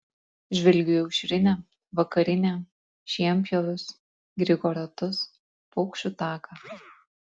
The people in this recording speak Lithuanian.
žvelgiu į aušrinę vakarinę šienpjovius grigo ratus paukščių taką